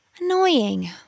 Annoying